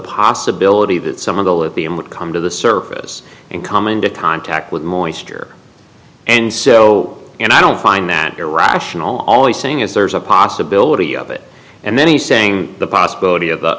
possibility that some of the lithium would come to the surface and come into contact with moisture and so and i don't find that irrational always saying is there's a possibility of it and then he's saying the possibility of